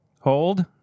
Hold